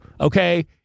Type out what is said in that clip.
okay